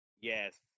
Yes